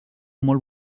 molt